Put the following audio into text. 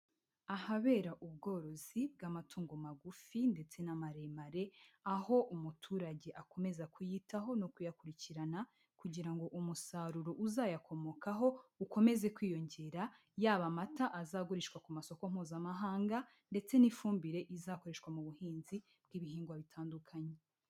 Ahabera ubworozi bw'amatungo magufi ndetse n'amaremare, aho umuturage akomeza kuyitaho ni kuyakurikirana kugira ngo umusaruro uzayakomokaho ukomeze kwiyongera, yaba amata azagurishwa ku masoko mpuzamahanga ndetse n'ifumbire izakoreshwa mu buhinzi bw'ibihingwa bitandukanye.